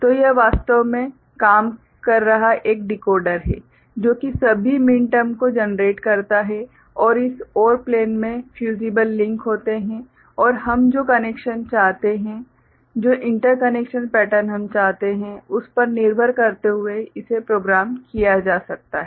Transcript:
तो यह वास्तव में काम कर रहा एक डिकोडर है जो कि सभी मिनटर्म्स को जनरेट करता है और इस OR प्लेन में फ्यूज़िबल लिंक होते हैं और हम जो कनेक्शन चाहते हैं जो इंटरकनेक्शन पैटर्न हम चाहते हैं उस पर निर्भर करते हुए इसे प्रोग्राम किया जा सकता है